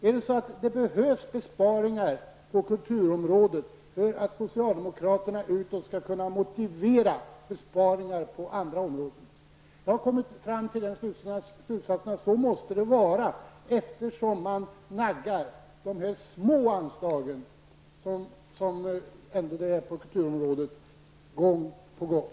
Behövs det besparingar på kulturområdet för att socialdemokraterna utåt skall kunna motivera besparingar på andra områden? Jag har kommit fram till slutsatsen att så måste det vara, eftersom man naggar de små anslagen på kulturområdet gång på gång.